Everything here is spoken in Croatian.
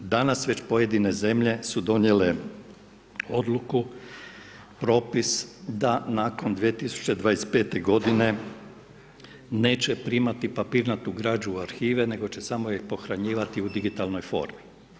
Danas već pojedine zemlje su donijele odluku, propis da nakon 2025. godine neće primati papirnatu građu u arhive nego će ih samo pohranjivati u digitalnoj formi.